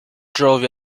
drove